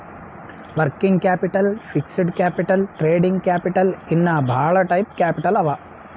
working capital, fixed capital, trading capital ಇನ್ನಾ ಭಾಳ type capital ಅವಾ